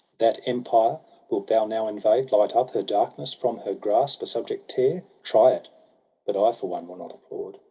that empire wilt thou now invade, light up her darkness, from her grasp a subject tear? a try it but i, for one, will not applaud.